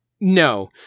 no